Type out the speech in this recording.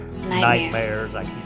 nightmares